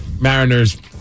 Mariners